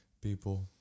people